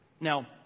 Now